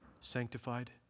sanctified